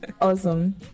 Awesome